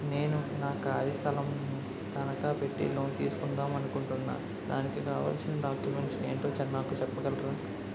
నేను నా ఖాళీ స్థలం ను తనకా పెట్టి లోన్ తీసుకుందాం అనుకుంటున్నా దానికి కావాల్సిన డాక్యుమెంట్స్ ఏంటో నాకు చెప్పగలరా?